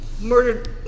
murdered